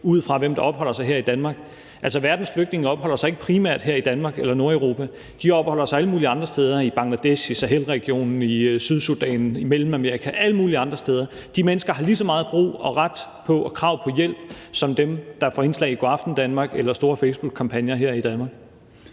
ud fra, om de opholder sig her i Danmark. Altså, verdens flygtninge opholder sig ikke primært her i Danmark eller Nordeuropa; de opholder sig alle mulige andre steder i Bangladesh, i Sahelregionen, i Sydsudan, i Mellemamerika – alle mulige andre steder. De mennesker har lige så meget brug for og ret til og krav på hjælp som dem, der får indslag i Go' aften Danmark eller store facebookkampagner her i Danmark.